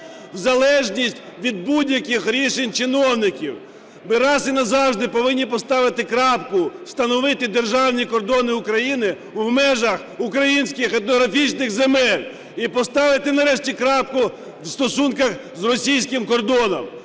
в залежність від будь-яких рішень чиновників. Ми раз і назавжди повинні поставити крапку, встановити державні кордони України у межах українських етнографічних земель і поставити нарешті крапку в стосунках з російським кордоном,